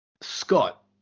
Scott